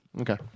Okay